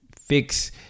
fix